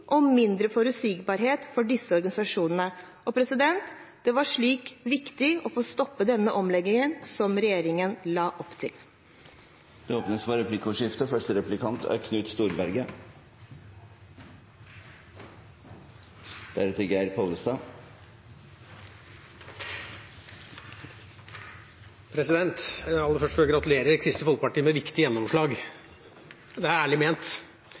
og mindre forutsigbarhet for disse organisasjonene. Det var derfor viktig å få stoppet denne omleggingen som regjeringen la opp til. Det blir replikkordskifte. Aller først får jeg gratulere Kristelig Folkeparti med viktige gjennomslag. Det er ærlig ment.